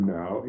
now